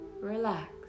relax